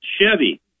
Chevy